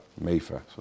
Mayfair